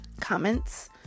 comments